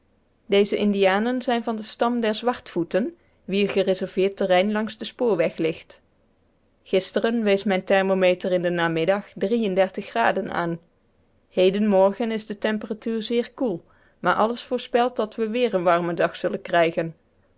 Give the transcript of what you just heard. deze indianen zijn van den stam der zwartvoeten wier gereserveerd terrein langs den spoorweg ligt gisteren wees mijn thermometer in den namiddag aan heden morgen is de temperatuur zeer koel maar alles voorspelt dat we weer een warmen dag zullen krijgen